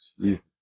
Jesus